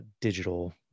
digital